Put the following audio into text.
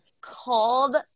called